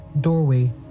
doorway